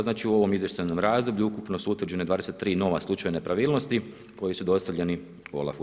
Znači u ovom izvještajnom razdoblju ukupno su utvrđena 23 nova slučaja nepravilnosti koji su dostavljani OLAF-u.